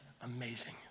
amazing